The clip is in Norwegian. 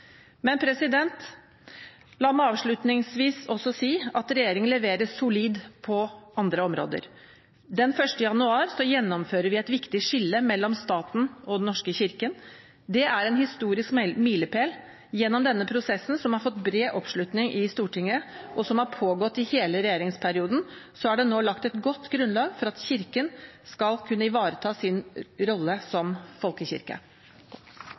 Men la meg avslutningsvis også si at regjeringen leverer solid på andre områder. Den 1. januar gjennomfører vi et viktig skille mellom staten og Den norske kirke. Det er en historisk milepæl. Gjennom denne prosessen, som har fått bred oppslutning i Stortinget, og som har pågått i hele regjeringsperioden, er det nå lagt et godt grunnlag for at Kirken skal kunne ivareta sin rolle som folkekirke.